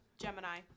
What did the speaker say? Gemini